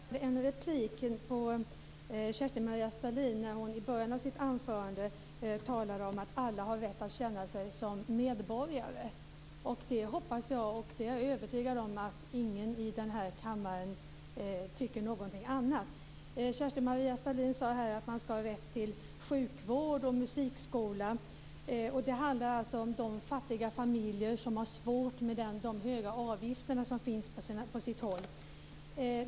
Fru talman! Jag begärde replik på Kerstin-Maria Stalin när hon i början av sitt anförande talade om att alla har rätt att känna sig som medborgare. Jag är övertygad om att ingen i den här kammaren tycker någonting annat. Kerstin-Maria Stalin sade att man ska ha rätt till sjukvård och musikskola. Det handlar då om de fattiga familjer som har svårigheter med de höga avgifter som finns på sina håll.